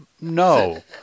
no